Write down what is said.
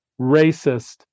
racist